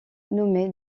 nommé